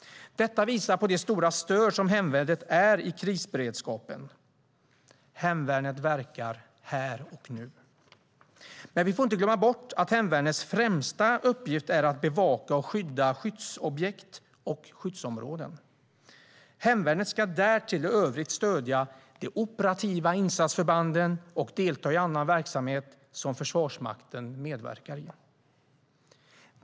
Detta visar på det stora stöd som hemvärnet är i krisberedskapen. Hemvärnet verkar här och nu. Men vi får inte glömma bort att hemvärnets främsta uppgift är att bevaka och skydda skyddsobjekt och skyddsområden. Hemvärnet ska därtill i övrigt stödja de operativa insatsförbanden och delta i annan verksamhet som Försvarsmakten medverkar i.